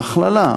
בהכללה,